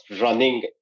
running